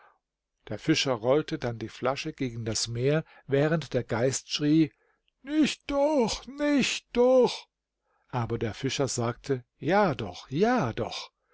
der fischer rollte dann die flasche gegen das meer während der geist schrie nicht doch nicht doch aber der fischer sagte ja doch ja doch